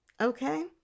Okay